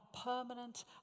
permanent